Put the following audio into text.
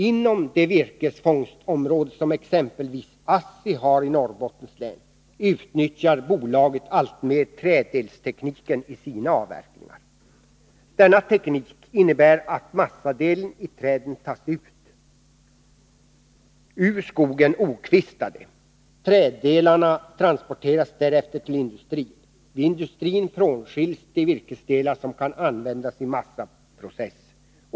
Inom det virkesfångstområde som exempelvis ASSI har i Norrbottens län utnyttjar bolaget alltmer träddelstekniken vid sina avverkningar. Denna teknik innebär att massadelen i träden tas ut ur skogen okvistad. Träddelarna transporteras därefter till industrin. Vid industrin frånskiljs de virkesdelar som kan användas i massaprocess.